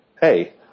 hey